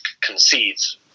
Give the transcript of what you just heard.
concedes